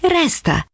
resta